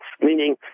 meaning